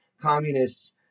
communists